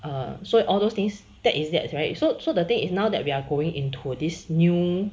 er so all those things that is that's right so so the thing is now that we are going into this new